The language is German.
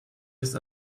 ist